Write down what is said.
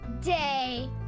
day